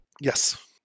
Yes